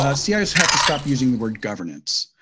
ah cios have to stop using the word governance.